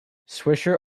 swisher